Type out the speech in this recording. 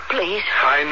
Please